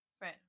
right